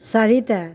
চাৰিটা